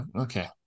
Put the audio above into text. Okay